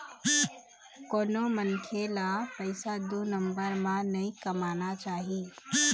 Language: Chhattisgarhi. कोनो मनखे ल पइसा दू नंबर म नइ कमाना चाही